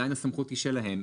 הסמכות היא עדיין שלהם.